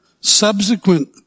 subsequent